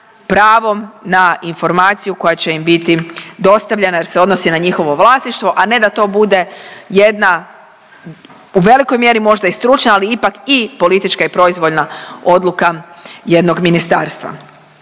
na informaciju koja će im biti dostavljena jer se odnosi na njihovo vlasništvo, a ne da to bude jedna u velikoj mjeri možda i stručna ali ipak i politička i proizvoljna odluka jednog ministarstva.